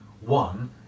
one